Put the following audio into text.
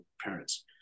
parents